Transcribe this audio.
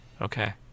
okay